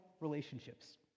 relationships